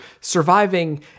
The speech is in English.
surviving